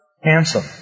handsome